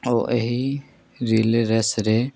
ଓ ଏହି ରିଲ୍ ରେସରେ